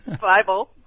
Bible